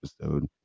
episode